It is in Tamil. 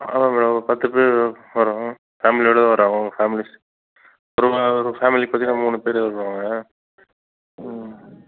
ஆமாம் மேடம் ஒரு பத்து பேர் வரோம் ஃபேமிலியோட வரோம் ஃபேமிலி ஒரு ஒரு ஃபேமிலிக்கு பார்த்தீங்கன்னா மூணு பேர் வருவாங்க